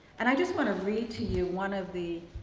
and i just want to read to you one of the